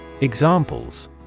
Examples